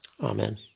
Amen